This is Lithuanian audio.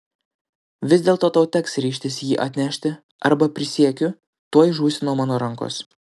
vis dėlto tau teks ryžtis jį atnešti arba prisiekiu tuoj žūsi nuo mano rankos